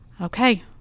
okay